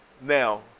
Now